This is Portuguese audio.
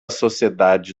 sociedade